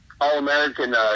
all-American